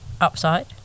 Upside